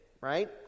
right